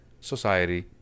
Society